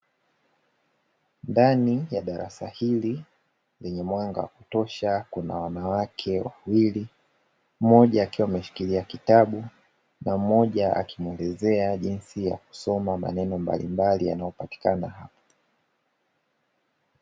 Ndani ya darasa hili lenye mwanga wa kutosha kuna wanawake wawili, mmoja akiwa ameshikilia kitabu na mmoja akiwa anamuelezea jinsi ya kusoma maneno mbalimbali yanayopatikana hapo.